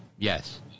Yes